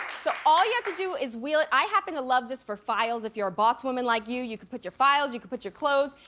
so all you have to do is wheel it, i happen to love this for files. if you're a boss woman, like you, you could put your files, you could put your clothes.